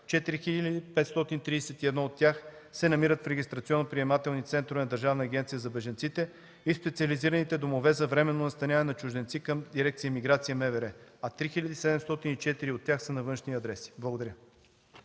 4531 се намират в регистрационно-приемателни центрове на Държавната агенция за бежанците и в специализираните домове за временно настаняване на чужденци към Дирекция „Миграция” – МВР, а 3704 от тях са на външни адреси. Благодаря.